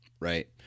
Right